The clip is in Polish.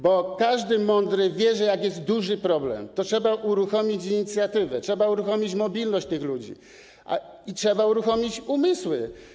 Bo każdy mądry wie, że jak jest duży problem, to trzeba uruchomić inicjatywę, trzeba uruchomić mobilność tych ludzi i ich umysły.